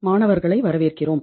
மாணவர்களை வரவேற்கிறோம்